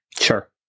Sure